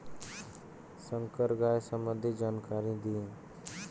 संकर गाय संबंधी जानकारी दी?